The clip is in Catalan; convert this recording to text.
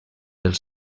els